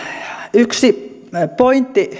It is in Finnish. yksi pointti